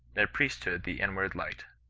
their priest hood the inward light.